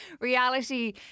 reality